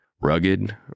rugged